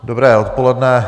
Dobré odpoledne.